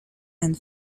and